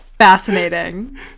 Fascinating